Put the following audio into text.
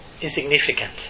insignificant